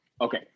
okay